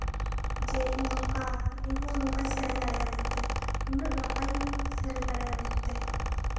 ᱡᱮ ᱤᱧ ᱱᱚᱝᱠᱟ ᱤᱧᱦᱚᱸ ᱱᱚᱝᱠᱟᱧ ᱥᱮᱨᱮᱧ ᱫᱟᱲᱮᱭᱟᱜᱼᱟ ᱢᱮᱱᱛᱮ ᱱᱩᱱᱟᱹᱜ ᱱᱟᱯᱟᱭᱤᱧ ᱥᱮᱨᱮᱧ ᱫᱟᱲᱮᱭᱟᱜᱼᱟ ᱢᱮᱱᱛᱮ